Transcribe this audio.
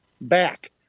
back